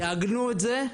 תעגנו את זה,